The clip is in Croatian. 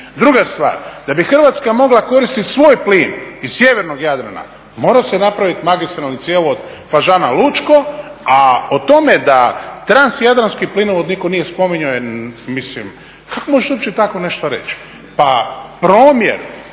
Druga stvar, da bi Hrvatska mogla koristiti svoj plin iz sjevernog Jadrana morao se napraviti magistralni cjevovod Fažana-Lučko a o tome da transjadranski plinovod nitko nije spominjao jer mislim kako možete tako nešto reći. Pa promjer